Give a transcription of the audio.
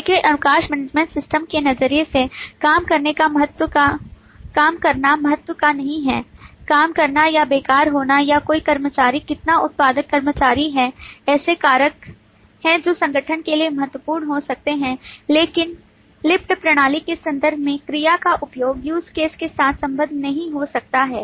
लेकिन अवकाश management system के नजरिए से काम करना महत्व का नहीं है काम करना या बेकार होना या कोई कर्मचारी कितना उत्पादक कर्मचारी है ऐसे कारक हैं जो संगठन के लिए महत्वपूर्ण हो सकते हैं लेकिन लिफ्ट प्रणाली के संदर्भ में क्रिया का उपयोग use case के साथ संबद्ध नहीं हो सकता है